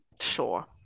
Sure